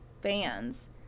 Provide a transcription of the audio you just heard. fans